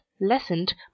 lessened